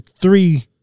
three